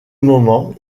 moment